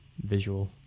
visual